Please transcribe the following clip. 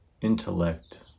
intellect